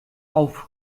auf